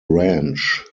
ranch